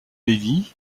lévi